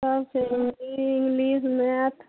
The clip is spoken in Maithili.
सबके होत इंग्लिश मैथ